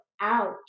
Ouch